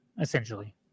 essentially